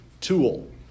tool